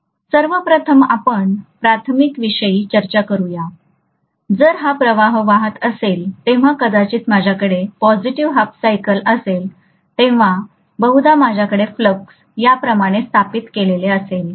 सर्वप्रथम आपण प्राथमिक विषयी चर्चा करू जर हा प्रवाह वाहत असेल तेव्हा कदाचित माझ्याकडे पॉसिटीव्ह हाल्फ सायकल असेल तेव्हा बहुधा माझ्याकडे फ्लक्स याप्रमाणे स्थापित केलेले असेल